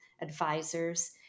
advisors